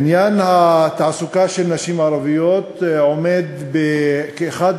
עניין התעסוקה של נשים ערביות עומד כאחד